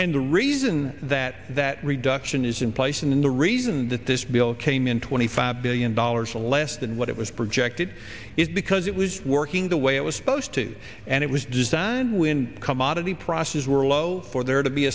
and the reason that that reduction is in place and the reason that this bill came in twenty five billion dollars or less than what it was projected is because it was working the way it was supposed to and it was designed when commodity prices were low for there to be